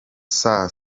saa